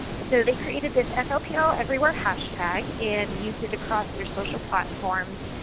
so they created this flpleverywhere hashtag and used it across their social platforms.